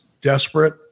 desperate